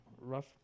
rough